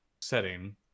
setting